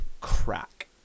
crack